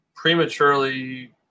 Prematurely